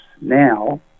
now